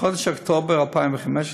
בחודש אוקטובר 2015,